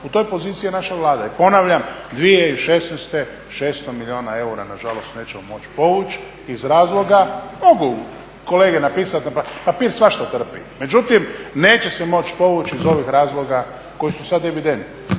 u toj poziciji je naša Vlada. I ponavljam, 2016. 600 milijuna eura nećemo moći povuć iz razloga, mogu kolege napisati papir trpi svaša, međutim neće se moći povući iz ovih razloga koji su sada evidentni